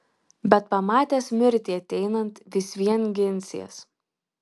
bet pamatęs mirtį ateinant vis vien ginsies